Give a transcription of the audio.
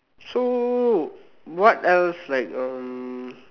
so what else like um